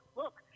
look